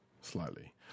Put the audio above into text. Slightly